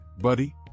buddy